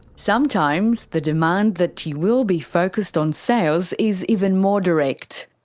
sometimes the demand that you will be focused on sales is even more direct.